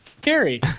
carry